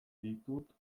ditut